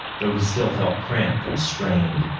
though he still felt cramped and strained.